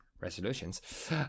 resolutions